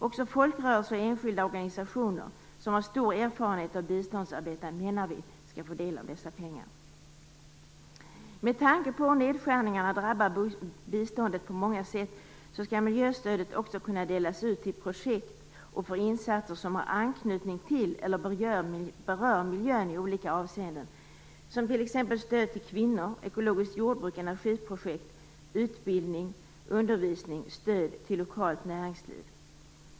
Även folkrörelser och enskilda organisationer, som har stor erfarenhet av biståndsarbete, menar vi skall få del av dessa pengar. Med tanke på hur nedskärningarna drabbar biståndet på många sätt, skall miljöstödet också kunna delas ut till projekt och för insatser som har anknytning till eller berör miljön i olika avseenden, som t.ex. stöd till kvinnor, ekologiskt jordbruk, energiprojekt, utbildning, undervisning och stöd till lokalt näringsliv.